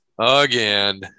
Again